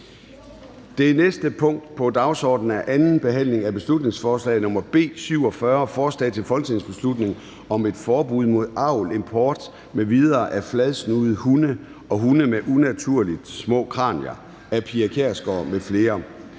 Det næste punkt på dagsordenen er: 18) 2. (sidste) behandling af beslutningsforslag nr. B 47: Forslag til folketingsbeslutning om et forbud mod avl, import m.v. af fladsnudede hunde og hunde med unaturligt små kranier. Af Pia Kjærsgaard (DF) m.fl.